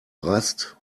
rast